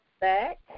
back